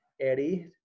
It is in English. Eddie